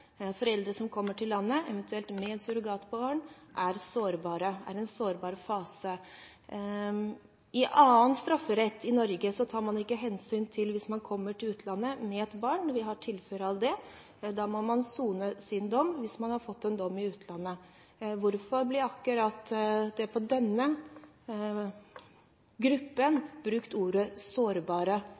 Foreldre som kommer til landet, eventuelt med surrogatbarn, er sårbare, er i en sårbar fase. I annen strafferett i Norge tar man ikke hensyn til at man kommer fra utlandet med et barn. Vi har tilfeller av det – da må man sone sin dom hvis man har fått en dom i utlandet. Hvorfor blir det om akkurat denne gruppen brukt ordet